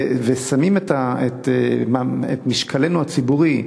והיינו שמים את משקלנו הציבורי,